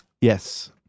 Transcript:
Yes